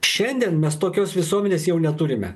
šiandien mes tokios visuomenės jau neturime